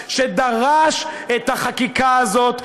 שדרש את החקיקה הזאת,